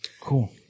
Cool